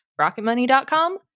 Rocketmoney.com